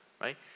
right